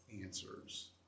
answers